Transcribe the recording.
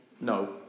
No